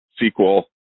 sequel